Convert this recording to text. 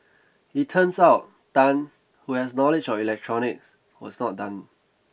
it turns out Tan who has knowledge of electronics was not done